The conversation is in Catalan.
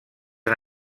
han